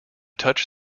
touch